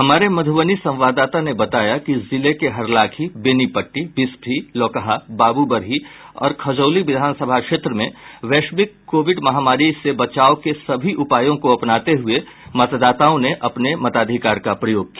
हमारे मध्रबनी संवाददाता ने बताया कि जिले के हरलाखी बेनीपटटी बिस्फी लौकहा बाबूबरही और खजौली विधानसभा क्षेत्र में वैश्विक कोविड महामारी से बचाव के सभी उपायों को अपनाते हुये मतदाताओं ने अपने मताधिकार का प्रयोग किया